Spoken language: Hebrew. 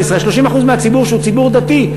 ישראל 30% מהציבור שהוא ציבור דתי,